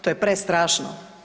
To je prestrašno!